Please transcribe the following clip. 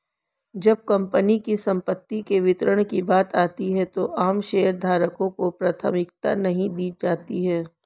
जब कंपनी की संपत्ति के वितरण की बात आती है तो आम शेयरधारकों को प्राथमिकता नहीं दी जाती है